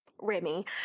Remy